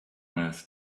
earth